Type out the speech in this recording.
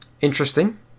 interesting